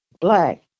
black